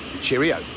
Cheerio